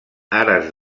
ares